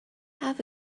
have